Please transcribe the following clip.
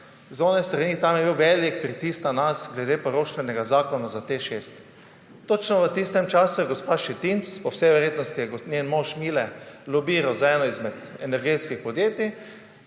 z one strani tam je bil velik pritisk na nas glede poroštvenega zakona za TEŠ 6. Točno v tistem času je gospa Šetinc, po vsej verjetnosti je njen mož Mile lobiral za eno izmed energetskih podjetij,